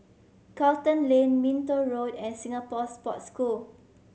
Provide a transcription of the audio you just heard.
Charlton Lane Minto Road and Singapore Sports School